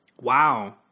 Wow